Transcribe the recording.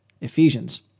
Ephesians